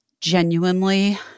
genuinely